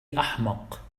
أحمق